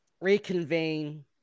reconvene